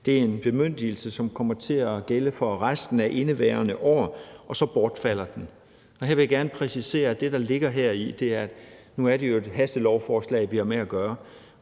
Det er en bemyndigelse, som kommer til at gælde for resten af indeværende år, og så bortfalder den. Og her vil jeg gerne præcisere, at det, der ligger heri, er, at nu er det jo et hastelovforslag, vi har med at gøre.